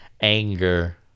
anger